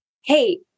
Hey